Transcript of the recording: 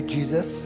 Jesus